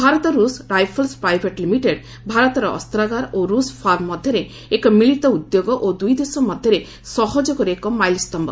ଭାରତ ରୁଷ rifles private limited ଭାରତର ଅସ୍ତାଗାର ଓ ରୁଷ ଫାର୍ମ ମଧ୍ୟରେ ଏକ ମିଳିତ ଉଦ୍ୟୋଗ ଓ ଦୁଇଦେଶ ମଧ୍ୟରେ ସହଯୋଗରେ ଏକ ମାଇଲସ୍ତମ୍ଭ